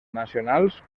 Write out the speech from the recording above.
nacionals